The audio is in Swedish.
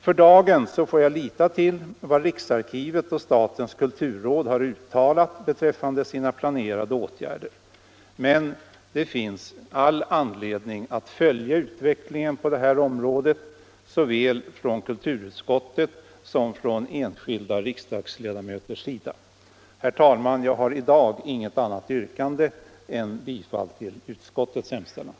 För dagen får jag lita till vad riksarkivet och statens kulturråd har uttalat beträffande sina planerade åtgärder, men det finns all anledning att följa utvecklingen på det här området såväl för kulturutskottet som för enskilda riksdagsledamöter. j Herr talman! Jag har i dag inget annat yrkande än om bifall till utskottets hemställan.